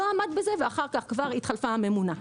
הוא לא עמד בזה ואחר כך כבר התחלפה הממונה,